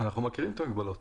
אנחנו מכירים את המגבלות.